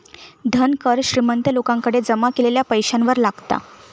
धन कर श्रीमंत लोकांकडे जमा केलेल्या पैशावर लागता